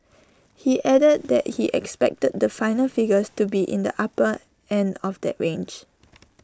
he added that he expected the final figures to be in the upper end of that range